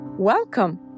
Welcome